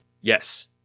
Yes